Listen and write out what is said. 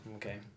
Okay